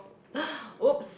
!oops!